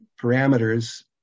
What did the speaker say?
parameters